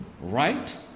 right